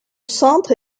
centre